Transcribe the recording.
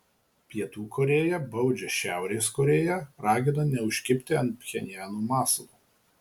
pietų korėja baudžia šiaurės korėją ragina neužkibti ant pchenjano masalo